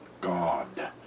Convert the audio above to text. God